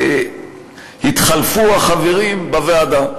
החברים בוועדה התחלפו.